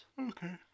Okay